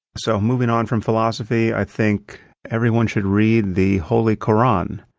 so moving on from philosophy, i think everyone should read the holy koran.